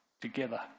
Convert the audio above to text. together